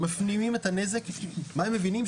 מפנימים את הנזק ומה הם מבינים?